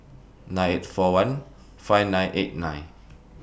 nine eight four one five nine eight nine